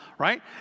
right